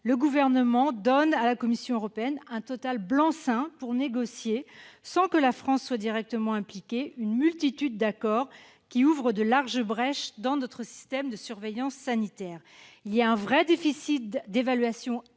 le Gouvernement donne à la Commission européenne un total blanc-seing pour négocier, sans que la France soit directement impliquée, une multitude d'accords ouvrant de larges brèches dans notre système de surveillance sanitaire. Il y a un vrai déficit d'évaluation